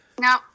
no